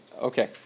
Okay